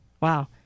Wow